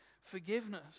forgiveness